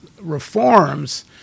reforms